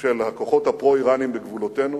של הכוחות הפרו-אירניים בגבולותינו